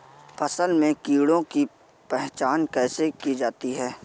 फसल में कीड़ों की पहचान कैसे की जाती है?